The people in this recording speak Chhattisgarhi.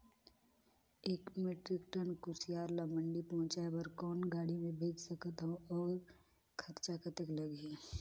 एक मीट्रिक टन कुसियार ल मंडी पहुंचाय बर कौन गाड़ी मे भेज सकत हव अउ खरचा कतेक लगही?